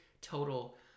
total